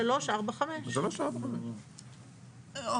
3, 4, 5. 3, 4, 5. או.